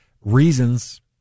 reasons